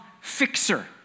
fixer